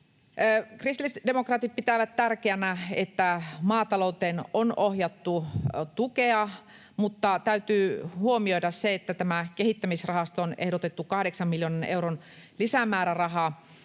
Kristillisdemokraatit pitävät tärkeänä, että maatalouteen on ohjattu tukea, mutta täytyy huomioida se, että tämä kehittämisrahaston ehdotettu kahdeksan miljoonan euron lisämääräraha